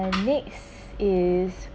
and next is